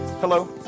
Hello